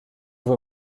vous